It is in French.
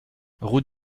route